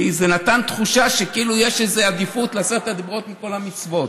כי זה נתן תחושה שכאילו יש איזה עדיפות לעשרת הדיברות על כל המצוות.